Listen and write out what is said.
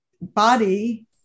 body